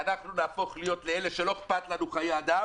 ואנחנו נהפוך להיות אלה שלא אכפת להם חיי אדם